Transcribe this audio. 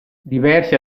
diversi